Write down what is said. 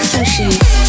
Sushi